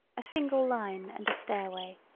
a single line and a stairway,